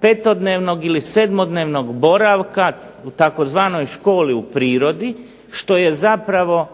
5-dnevnog ili 7-dnevnog boravka u tzv. školi u prirodi što je zapravo